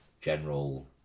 general